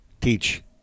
teach